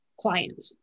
client